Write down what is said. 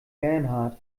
bernhard